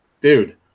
Dude